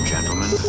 Gentlemen